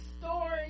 story